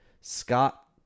Scott